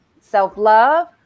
self-love